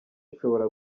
ishobora